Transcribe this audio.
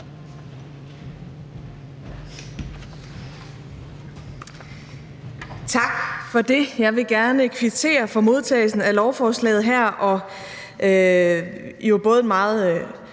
Tak for det. Jeg vil gerne kvittere for modtagelsen af lovforslaget her. Det har både været